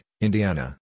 Indiana